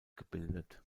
gebildet